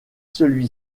celui